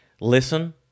listen